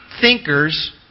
thinkers